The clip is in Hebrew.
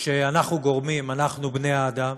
שאנחנו גורמים, אנחנו, בני האדם.